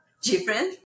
different